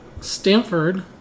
Stanford